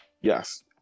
yes